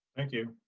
thank you.